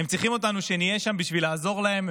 הם צריכים אותנו שנהיה שם בשביל לעזור להם,